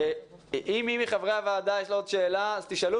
אם למי מחברי הוועדה יש עוד שאלה אז תשאלו